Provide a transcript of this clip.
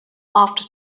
after